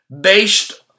based